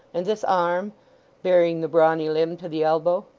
and this arm baring the brawny limb to the elbow.